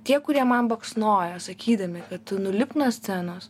tie kurie man baksnoja sakydami kad tu nulipk nuo scenos